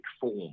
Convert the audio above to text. form